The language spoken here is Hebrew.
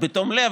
בתום לב,